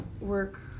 work